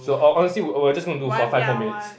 so ho~ honestly we we are just gonna do for five four minutes